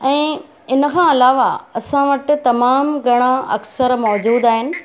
ऐं इनखां अलावा असां वटि तमामु घणा अक्सर मौजूदु आहिनि